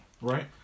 right